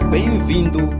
Bem-vindo